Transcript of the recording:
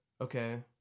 Okay